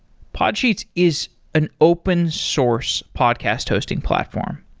podsheets is an open source podcast hosting platform,